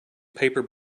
paper